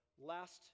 last